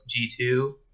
G2